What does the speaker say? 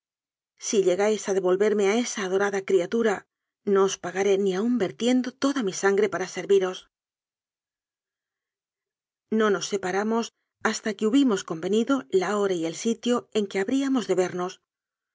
si llegáis a devolverme a esa adorada criatura no os pagaré ni aun vertiendo toda mi sangre por serviros no nos separamos hasta que hubimos convenido la hora y el sitio en que habríamos de vernos